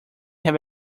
have